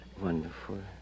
Wonderful